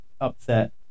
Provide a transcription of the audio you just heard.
upset